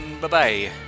Bye-bye